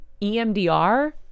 EMDR